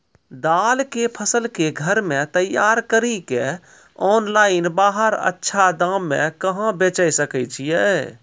दाल के फसल के घर मे तैयार कड़ी के ऑनलाइन बाहर अच्छा दाम मे कहाँ बेचे सकय छियै?